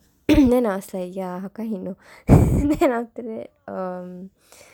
then I was like ya how come he know then after that um